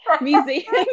museum